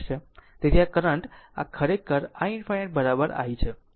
તેથી આ કરંટ આ ખરેખર i ∞ i છે